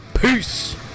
Peace